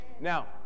Now